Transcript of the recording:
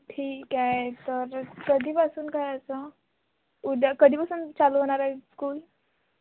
ठीक आहे तर कधीपासून करायचं उद्या कधीपासून चालू होणार आहे स्कूल